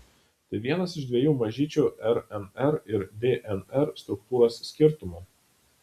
tai vienas iš dviejų mažyčių rnr ir dnr struktūros skirtumų